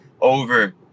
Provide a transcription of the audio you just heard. over